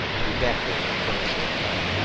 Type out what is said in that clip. i'll be back for you in a very short time.